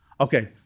okay